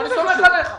אני סומך עליך.